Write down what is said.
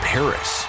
Paris